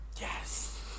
Yes